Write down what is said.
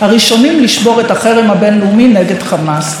הראשונים לשבור את החרם הבין-לאומי נגד חמאס.